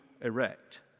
erect